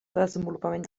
desenvolupament